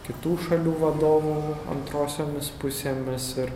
kitų šalių vadovų antrosiomis pusėmis ir